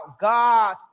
God